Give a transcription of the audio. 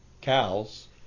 cows